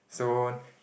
so